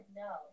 no